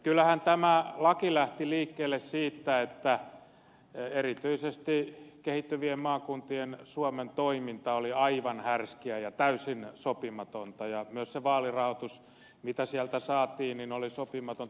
kyllähän tämä laki lähti liikkeelle siitä että erityisesti kehittyvien maakuntien suomen toiminta oli aivan härskiä ja täysin sopimatonta ja myös se vaalirahoitus mitä sieltä saatiin oli sopimatonta